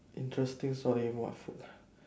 interesting story what food nah